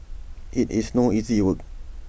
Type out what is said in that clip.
IT is no easy work